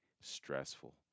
stressful